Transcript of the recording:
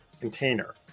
container